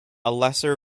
lesser